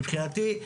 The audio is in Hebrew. מבחינתי,